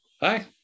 Hi